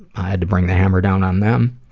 i had to bring the hammer down on them.